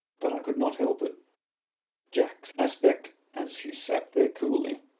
but i could not help it jack's aspect as he sat there coolly,